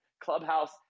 Clubhouse